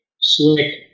slick